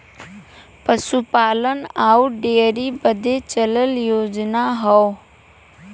पसूपालन अउर डेअरी बदे चलल योजना हौ